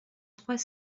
trois